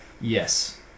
yes